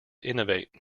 innovate